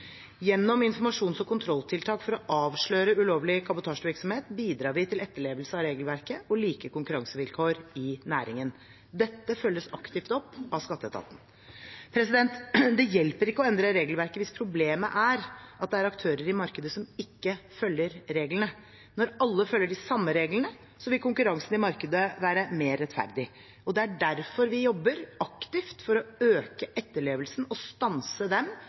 Gjennom informasjons- og kontrolltiltak for å avsløre ulovlig kabotasjevirksomhet bidrar vi til etterlevelse av regelverket og like konkurransevilkår i næringen. Dette følges aktivt opp av skatteetaten. Det hjelper ikke å endre regelverket hvis problemet er at det er aktører i markedet som ikke følger reglene. Når alle følger de samme reglene, vil konkurransen i markedet være mer rettferdig. Det er derfor vi jobber aktivt for å øke etterlevelsen og stanse dem